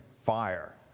fire